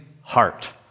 heart